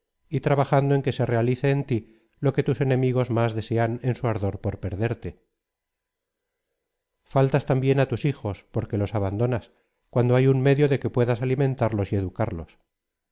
y trabajando en que se realice en ti lo qie tus enemigos más desean en su ardor por perderte faltas también á tus hijos porque los abandonas cuando hay un medio de que puedas alimentarlos y educarlos